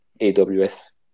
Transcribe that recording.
AWS